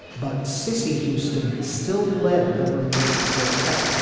but cissy houston still led the remaining quartet.